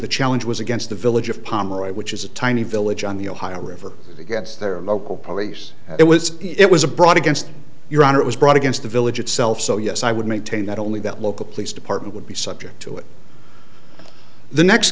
the challenge was against the village of pomeroy which is a tiny village on the ohio river against their mobile police it was it was a brought against your honor it was brought against the village itself so yes i would maintain that only that local police department would be subject to it the next